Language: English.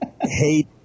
hate